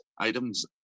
items